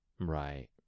Right